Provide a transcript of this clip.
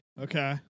Okay